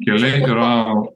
keliai yra